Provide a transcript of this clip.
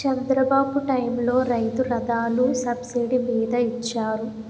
చంద్రబాబు టైములో రైతు రథాలు సబ్సిడీ మీద ఇచ్చారు